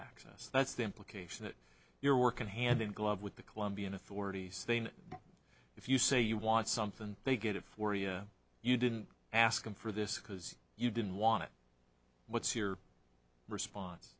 access that's the implication that you're working hand in glove with the colombian authorities thing if you say you want something they get a phoria you didn't ask them for this because you didn't want to what's your response